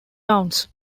towns